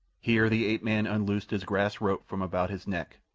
here the ape-man unloosed his grass rope from about his neck,